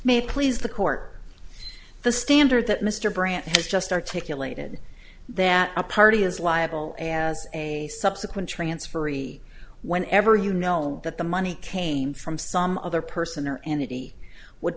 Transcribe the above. may please the court the standard that mr brandt has just articulated that a party is liable as a subsequent transferee whenever you know that the money came from some other person or entity would